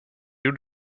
due